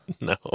No